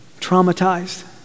traumatized